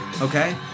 okay